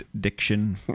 diction